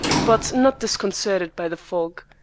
but not disconcerted by the fog.